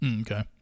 Okay